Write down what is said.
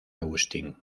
agustín